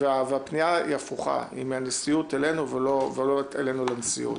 והפנייה היא הפוכה היא מהנשיאות אלינו ולא אלינו לנשיאות,